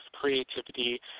creativity